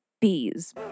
bees